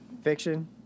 Fiction